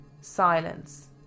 silence